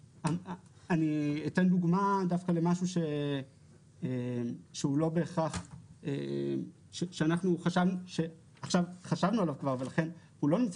אני אתן דוגמא דווקא למשהו שאנחנו חשבנו עליו כבר ולכן הוא לא נמצא